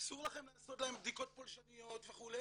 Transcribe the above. --- אסור לכם לעשות להם בדיקות פולשניות וכו'